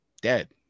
dead